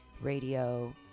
Radio